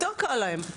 יותר קל להם.